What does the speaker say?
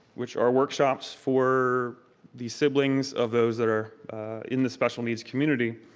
which are workshops for the siblings of those that are in the special needs community,